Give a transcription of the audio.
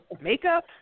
makeup